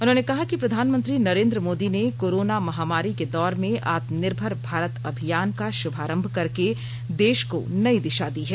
उन्होंने कहा कि प्रधानमंत्री नरेन्द्र मोदी ने कोरोना महामारी के दौर में आत्मनिर्भर भारत अभियान का शुभारंभ करके देश को नयी दिशा दी है